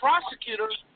prosecutors